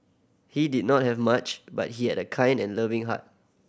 he did not have much but he had a kind and loving heart